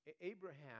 Abraham